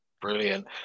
Brilliant